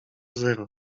zero